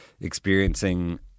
experiencing